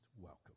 welcome